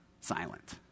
silent